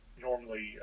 normally